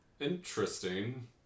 interesting